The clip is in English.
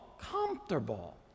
comfortable